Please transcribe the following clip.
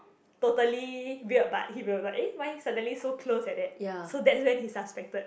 totally weird but he will like eh why suddenly so close like that so that's when he suspected